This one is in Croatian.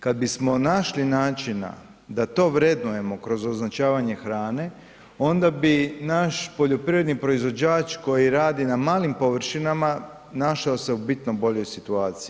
Kad bismo našli načina da to vrednujemo kroz označavanje hrane onda bi naš poljoprivredni proizvođač koji radi na malim površinama naša se u bitno boljoj situaciji.